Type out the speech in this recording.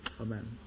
Amen